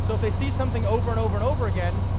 so if they see something over and over and over again,